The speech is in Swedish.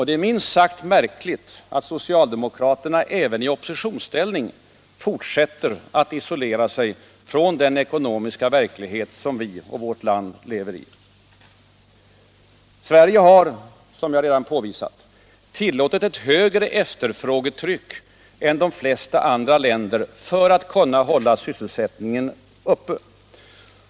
Det är minst sagt märkligt att socialdemokraterna även i oppositionsställning fortsätter att isolera sig från den ekonomiska verklighet som vårt land lever i. Sverige har, som jag redan påvisat, tillåtit ett högre efterfrågetryck än de flesta andra länder för att kunna hålla sysselsättningen uppe.